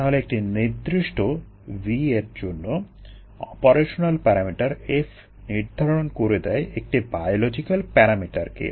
তাহলে একটি নিদির্ষ্ট V এর জন্য অপারেশনাল প্যারামিটার F নির্ধারণ করে দেয় একটি বায়োলজিকাল প্যারামিটারকে